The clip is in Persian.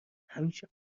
همیشه